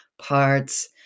parts